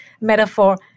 metaphor